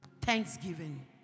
Thanksgiving